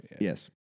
yes